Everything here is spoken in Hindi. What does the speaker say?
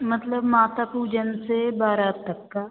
मतलब माता पूजन से बारात तक का